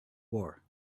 war